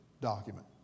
document